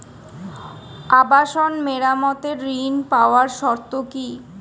আবাসন মেরামতের ঋণ পাওয়ার শর্ত কি?